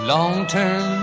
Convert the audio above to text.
Long-term